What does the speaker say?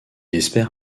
espère